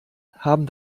haben